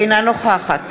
אינה נוכחת